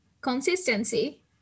consistency